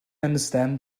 understand